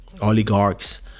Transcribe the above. oligarchs